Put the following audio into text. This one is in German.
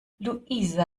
luisa